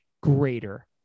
greater